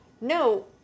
no